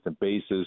basis